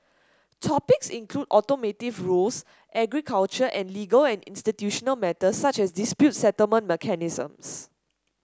topics include automotive rules agriculture and legal and institutional matters such as dispute settlement mechanisms